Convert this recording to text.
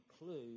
include